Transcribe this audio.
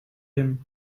them